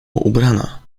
ubrana